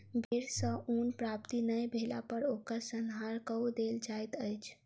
भेड़ सॅ ऊन प्राप्ति नै भेला पर ओकर संहार कअ देल जाइत अछि